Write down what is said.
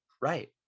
right